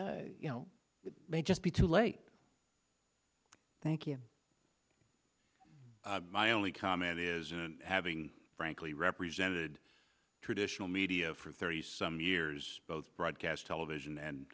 you know may just be too late thank you my only comment is having frankly represented traditional media for thirty some years both broadcast television and